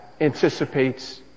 anticipates